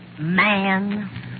man